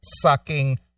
sucking